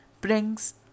brings